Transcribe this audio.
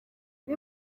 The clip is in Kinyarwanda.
uru